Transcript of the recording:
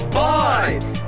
five